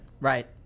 Right